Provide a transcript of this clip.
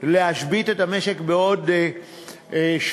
להשבית את המשק בעוד שבועיים,